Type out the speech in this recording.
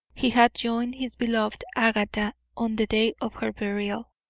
he had joined his beloved agatha on the day of her burial,